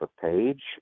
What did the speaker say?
page